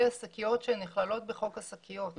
השקיות בחוק השקיות שנכללות בחוק השקיות.